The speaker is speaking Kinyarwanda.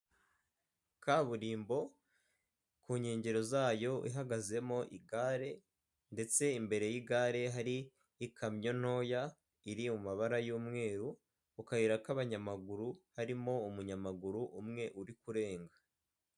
Kaburimbo ku nkengero zayo ihagazemo igare ndetse imbere y'igare hari ikamyo ntoya iri mu mabara y'umweru, mu kayira k'abanyamaguru harimo umunyamaguru umwe uri kurenga.